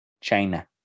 China